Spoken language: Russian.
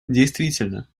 действительно